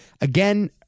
again